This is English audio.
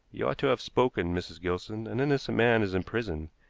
you ought to have spoken, mrs. gilson. an innocent man is in prison.